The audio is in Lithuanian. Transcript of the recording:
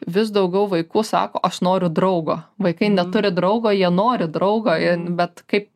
vis daugiau vaikų sako aš noriu draugo vaikai neturi draugo jie nori draugo ir bet kaip